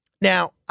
Now